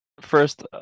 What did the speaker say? First